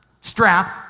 strap